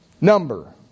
number